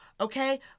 okay